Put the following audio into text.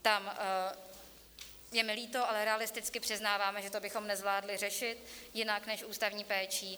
Tam je mi líto, ale realisticky přiznáváme, že to bychom nezvládli řešit jinak než ústavní péčí.